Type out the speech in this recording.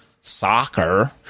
soccer